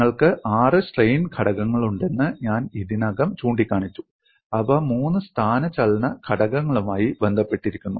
നിങ്ങൾക്ക് ആറ് സ്ട്രെയിൻ ഘടകങ്ങളുണ്ടെന്ന് ഞാൻ ഇതിനകം ചൂണ്ടിക്കാണിച്ചു അവ മൂന്ന് സ്ഥാനചലന ഘടകങ്ങളുമായി ബന്ധപ്പെട്ടിരിക്കുന്നു